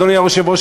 אדוני היושב-ראש,